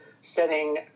setting